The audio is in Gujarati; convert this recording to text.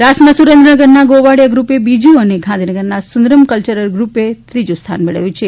રાસમાં સુરેન્દ્રનગરના ગોવાળીયા ગ્રૂપે બીજુ અને ગાંધીનગરના સુંદરમ કલ્યરલ ગ્રૂપે ત્રીજુ સ્થાન મેળવ્યું છે